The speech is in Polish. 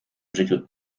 życiu